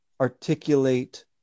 articulate